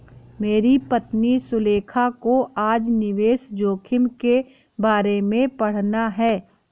मेरी पत्नी सुलेखा को आज निवेश जोखिम के बारे में पढ़ना है